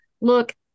look